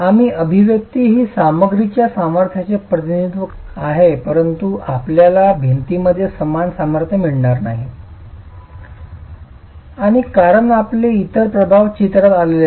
आणि अभिव्यक्ती ही सामग्रीच्या सामर्थ्याचे प्रतिनिधित्व आहे परंतु आपल्याला भिंतीमध्ये समान सामर्थ्य मिळत नाही आणि कारण आपले इतर प्रभाव चित्रात आलेले आहेत